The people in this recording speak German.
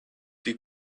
die